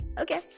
okay